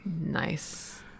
Nice